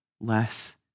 less